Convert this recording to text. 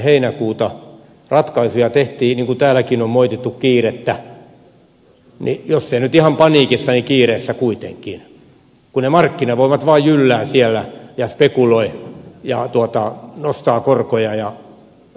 heinäkuuta ratkaisuja tehtiin niin kuin täälläkin on moitittu kiirettä jos ei nyt ihan paniikissa niin kiireessä kuitenkin kun ne markkinavoimat vaan jylläävät siellä ja spekuloivat ja nostavat korkoja ja horjuttavat vakautta